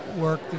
work